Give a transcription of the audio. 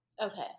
Okay